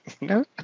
no